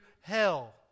hell